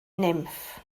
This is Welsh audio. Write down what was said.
nymff